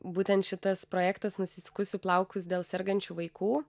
būtent šitas projektas nusiskusiu plaukus dėl sergančių vaikų